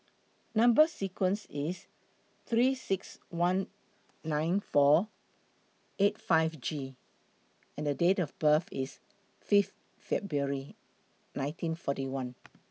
Number sequence IS three six one nine four eight five G and Date of birth IS Fifth February nineteen forty one